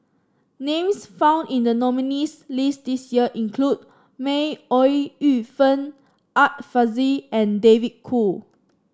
names found in the nominees' list this year include May Ooi Yu Fen Art Fazil and David Kwo